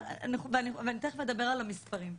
אני תיכף אדבר על המספרים,